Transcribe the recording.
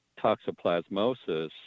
toxoplasmosis